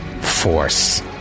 force